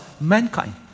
mankind